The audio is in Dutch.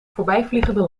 voorbijvliegende